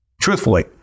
Truthfully